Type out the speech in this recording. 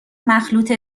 مخلوط